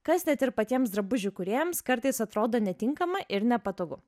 kas net ir patiems drabužių kūrėjams kartais atrodo netinkama ir nepatogu